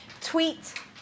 tweet